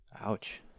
Ouch